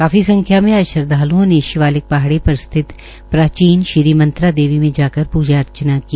काफी संख्या में आज श्रदवालुओं ने शिवालिक पहाड़ी पर स्थित प्राचीन श्री मंत्रा देवी में जाकर प्जा अर्चना की